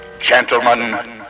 Gentlemen